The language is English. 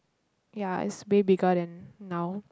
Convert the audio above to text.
ya it's way bigger than now